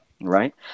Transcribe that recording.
right